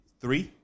three